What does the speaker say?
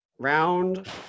Round